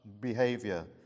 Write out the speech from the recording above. behavior